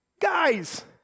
Guys